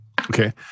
Okay